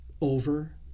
over